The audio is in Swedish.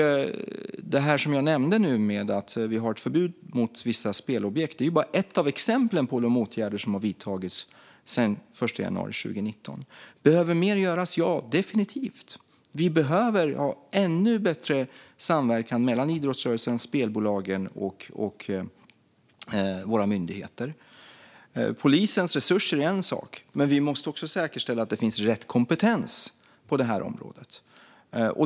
Det som jag nämnde nu om att vi har ett förbud mot vissa spelobjekt är bara en av de åtgärder som har vidtagits sedan den 1 januari 2019. Behöver mer göras? Ja, definitivt. Vi behöver ha ännu bättre samverkan mellan idrottsrörelsen, spelbolagen och våra myndigheter. Polisens resurser är en sak, men vi måste också säkerställa att det finns rätt kompetens på det här området.